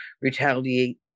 retaliate